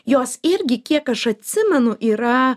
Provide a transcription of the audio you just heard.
jos irgi kiek aš atsimenu yra